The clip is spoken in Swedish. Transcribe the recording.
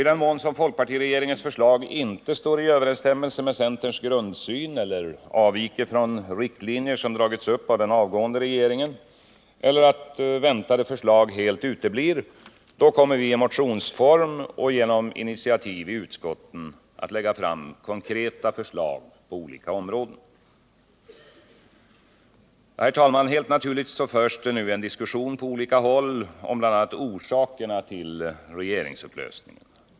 I den mån som folkpartiregeringens förslag inte står i överensstämmelse med centerns grundsyn eller avviker från riktlinjer som dragits upp av den avgående regeringen eller väntade förslag helt uteblir kommer vi att i motionsform och genom initiativ i utskotten lägga fram konkreta förslag på olika områden. Helt naturligt förs det nu en diskussion på olika håll om bl.a. orsakerna till regeringsupplösningen.